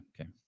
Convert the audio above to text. Okay